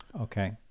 Okay